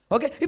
Okay